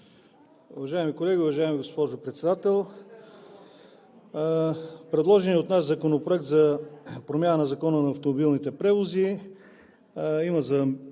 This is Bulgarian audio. Уважаеми колеги, уважаема госпожо Председател! Предложеният от нас Законопроект за промяна на Закона за автомобилните превози има за